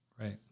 Right